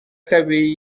kabiri